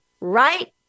Right